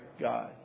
God